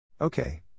Okay